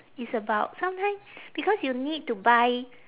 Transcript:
it's about sometime because you need to buy